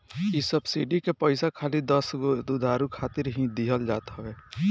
इ सब्सिडी के पईसा खाली दसगो दुधारू खातिर ही दिहल जात हवे